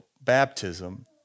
baptism